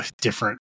different